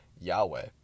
Yahweh